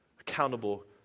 accountable